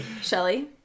Shelly